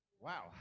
Wow